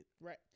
right